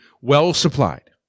well-supplied